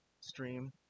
stream